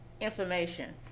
information